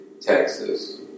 Texas